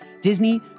disney